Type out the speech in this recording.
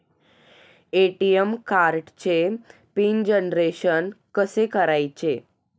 ATM कार्डचे PIN generation कसे करायचे?